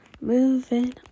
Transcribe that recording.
moving